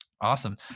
Awesome